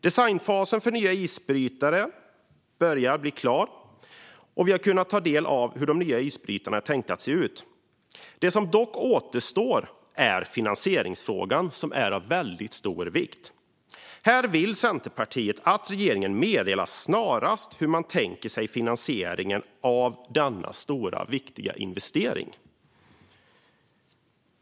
Designfasen för nya isbrytare börjar bli klar, och vi har kunnat ta del av hur de nya isbrytarna är tänkta att se ut. Det som dock återstår är finansieringsfrågan, som är av väldigt stor vikt. Här vill Centerpartiet att regeringen snarast meddelar hur man tänker sig finansieringen av denna stora och viktiga investering.